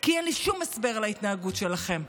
כי אין לי שום הסבר להתנהגות שלכם.